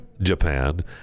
japan